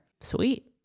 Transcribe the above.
sweet